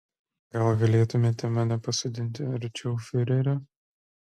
gal galėtumėte mane pasodinti arčiau fiurerio